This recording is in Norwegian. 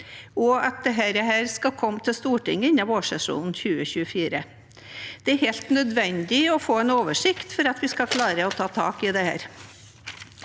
og at dette skal komme til Stortinget innen utgangen av vårsesjonen 2024. Det er helt nødvendig å få en oversikt for at vi skal klare å ta tak i dette.